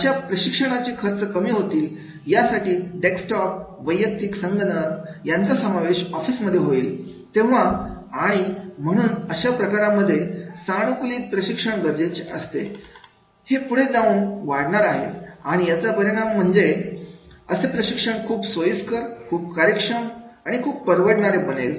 अशा प्रशिक्षणाचे खर्च कमी होतील यासाठी डेक्सटॉप वैयक्तिक संगणक यांचा समावेश ऑफिसमध्ये होईल तेव्हा आणि म्हणून अशा प्रकारांमध्ये सानुकूलित प्रशिक्षण गरजेचे असते ही पुढे जाऊन आहे वाढणार आहे आणि याचा परिणाम म्हणून असे प्रशिक्षण खूप सोयीस्कर खूप कार्यक्षम खूप परवडणारे बनेल